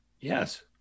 Yes